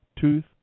tooth